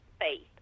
faith